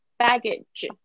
baggage